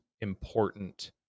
important